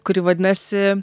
kuri vadinasi